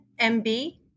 mb